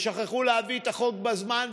ושכחו להביא את החוק בזמן,